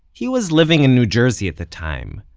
he was living in new jersey at the time,